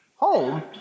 Home